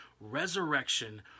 resurrection